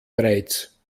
bereits